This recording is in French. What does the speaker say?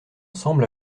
semble